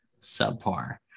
subpar